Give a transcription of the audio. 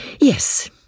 Yes